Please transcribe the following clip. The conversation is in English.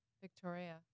Victoria